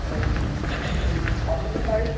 ও আচ্ছা আপনার বাড়ির